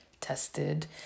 tested